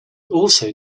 also